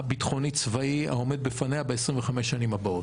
הביטחוני-צבאי העומד בפניה ב-25 השנים הבאות.